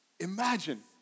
imagine